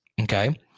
Okay